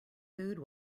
food